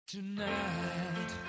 Tonight